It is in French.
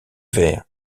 vert